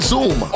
Zoom